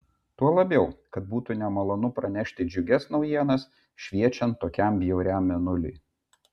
tuo labiau kad būtų nemalonu pranešti džiugias naujienas šviečiant tokiam bjauriam mėnuliui